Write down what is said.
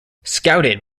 scouted